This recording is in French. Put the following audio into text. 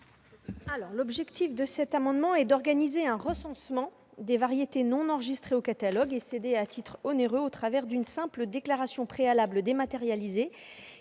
L'objet de l'amendement est d'organiser un recensement des variétés non enregistrées au catalogue et cédées à titre onéreux au travers d'une simple déclaration préalable dématérialisée